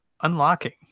unlocking